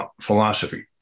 philosophy